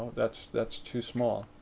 that's that's too small.